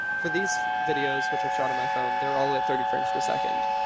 for these videos, which i've shot on my phone, they're all at thirty frames per second.